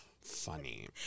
funny